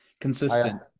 consistent